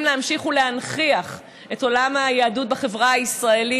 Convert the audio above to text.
להמשיך ולהנכיח את עולם היהדות בחברה הישראלית.